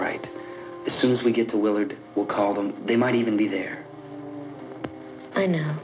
right as soon as we get to will it will call them they might even be there i know